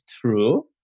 true